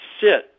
sit